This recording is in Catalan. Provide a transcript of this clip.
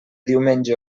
diumenge